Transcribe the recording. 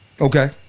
Okay